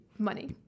money